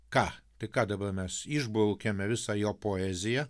ką tai ką dabar mes išbraukiame visą jo poeziją